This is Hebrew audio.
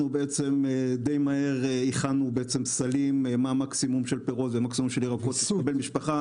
די מהר הכנו סלים של מקסימום פירות ומקסימום ירקות שתקבל משפחה,